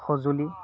সঁজুলি